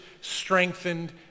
strengthened